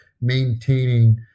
maintaining